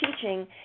teaching